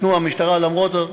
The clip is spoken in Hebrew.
המשטרה נתנה למרות זאת.